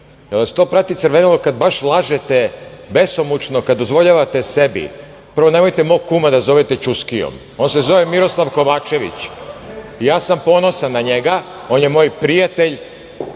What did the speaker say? Jel vas to prati crvenilo kada baš lažete besomučno kada dozvoljavate sebi? Prvo, nemojte mog kuma da zovete Ćuskijom. On se zove Miroslav Kovačević. I ja sam ponosan na njega. On je moj prijatelj,